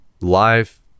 life